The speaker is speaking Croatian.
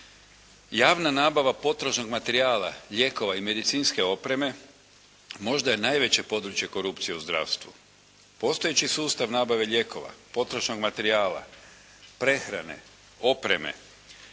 Javna nabava potrošnog materijala, lijekova i medicinske opreme možda je najveće područje korupcije u zdravstvu. Postojeći sustav nabave lijekova, potrošnog materijala, prehrane, opreme,